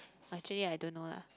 actually I don't know lah